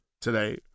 today